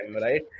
right